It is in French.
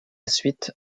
suite